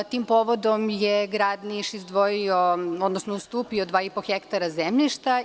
Tim povodom je grad Niš izdvojio, odnosno ustupio 2,5 ha zemljišta.